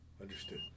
understood